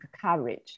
coverage